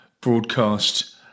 broadcast